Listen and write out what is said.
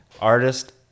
Artist